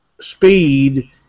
speed